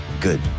Good